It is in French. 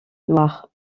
noires